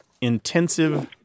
intensive